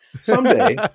someday